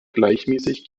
gleichmäßig